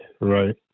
Right